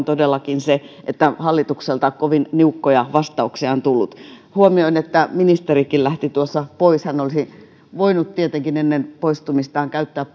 todellakin se että hallitukselta kovin niukkoja vastauksia on tullut huomioin että ministerikin lähti tuossa pois hän olisi voinut tietenkin ennen poistumistaan käyttää